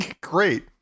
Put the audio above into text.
great